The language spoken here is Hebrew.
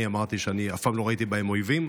אני אמרתי שאני אף פעם לא ראיתי בהם אויבים,